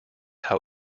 how